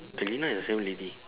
the lina is the same lady